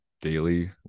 daily